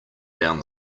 down